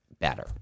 better